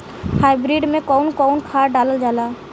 Hybrid में कउन कउन खाद डालल जाला?